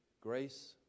Grace